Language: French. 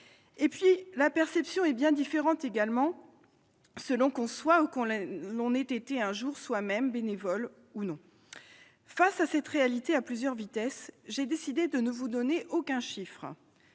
Et la perception est également bien différente selon que l'on soit, ou que l'on ait été un jour soi-même bénévole ou non. Face à cette réalité à plusieurs vitesses, j'ai décidé de ne vous donner aucun chiffre.